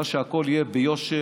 אבל שהכול יהיה ביושר,